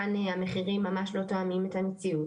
כאן המחירים ממש לא תואמים את המציאות.."